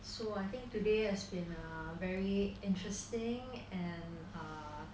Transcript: so I think today has been a very interesting and uh